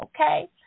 okay